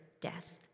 death